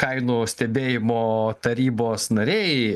kainų stebėjimo tarybos nariai